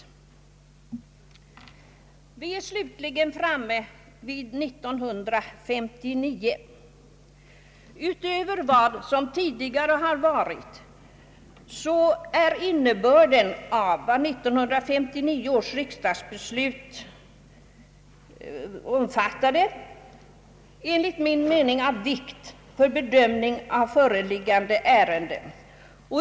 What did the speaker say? Vi är slutligen framme vid 1959. Utöver vad som tidigare förekommit är innebörden av 1959 års riksdagsbeslut enligt min mening av vikt för bedömningen av föreliggande ärende.